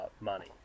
money